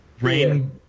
Rain